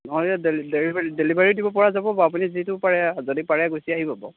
নহ'লে delivery delivery দিব পৰা যাব বাৰু আপুনি যিটো পাৰে আঁ যদি পাৰে গুছিয়ে আহিব বাৰু